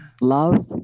love